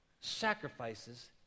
sacrifices